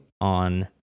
on